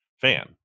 fan